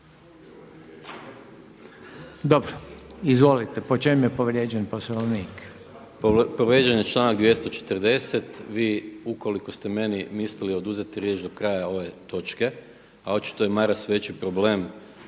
Dobro izvolite, po čem je povrijeđen Poslovnik?